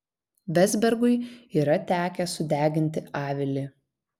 vezbergui yra tekę sudeginti avilį